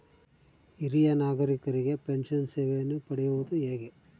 ಹಿರಿಯ ನಾಗರಿಕರಿಗೆ ಪೆನ್ಷನ್ ಸೇವೆಯನ್ನು ಪಡೆಯುವುದು ಹೇಗೆ?